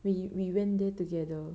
we we went there together